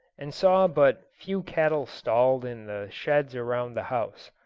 and saw but few cattle stalled in the sheds around the house.